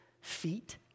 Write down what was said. feet